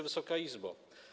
Wysoka Izbo!